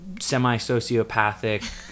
semi-sociopathic